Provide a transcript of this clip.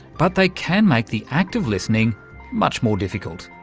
but they can make the act of listening much more difficult.